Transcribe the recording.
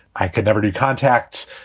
i could never do contacts.